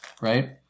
Right